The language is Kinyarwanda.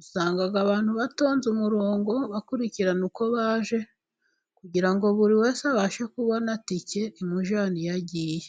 Usanga abantu batonze umurongo, bakurikirana uko baje, kugira ngo buri wese abashe kubona tike imujyana iyo yagiye.